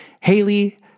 Haley